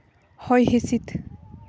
ᱦᱚᱭ ᱦᱤᱸᱥᱤᱫ